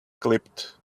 clipped